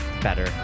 better